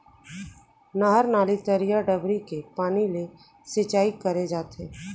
नहर, नाली, तरिया, डबरी के पानी ले सिंचाई करे जाथे